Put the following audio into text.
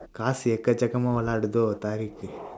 காசு எக்கச்சக்கமா விளையாடுதோ:kaasu ekkachsakkamaa vilaiyaaduthoo